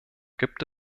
gibt